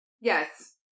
Yes